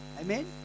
Amen